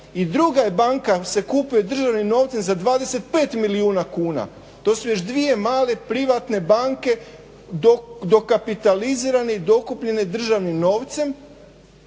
i druga banka se kupuje državnim novcem za 25 milijuna kuna. To su još dvije male privatne banke dokapitalizirane i dokupljene državnim novcem.